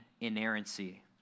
inerrancy